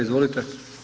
Izvolite.